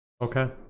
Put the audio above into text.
Okay